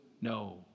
no